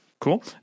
Cool